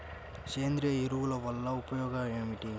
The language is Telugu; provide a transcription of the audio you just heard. సేంద్రీయ ఎరువుల వల్ల ఉపయోగమేమిటీ?